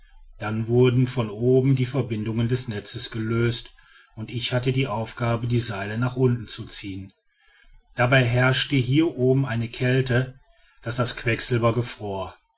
dann wurden von oben die verbindungen des netzes gelöst und ich hatte die aufgabe die seile nach unten zu ziehen dabei herrschte hier oben eine kälte daß das quecksilber